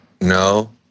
No